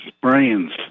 brains